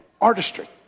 artistry